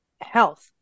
health